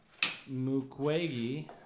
Mukwege